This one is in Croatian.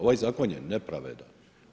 Ovaj zakon je nepravedan.